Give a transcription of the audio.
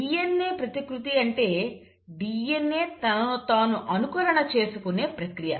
DNA ప్రతికృతి అంటే DNA తనను తాను అనుకరణ చేసుకునే ప్రక్రియ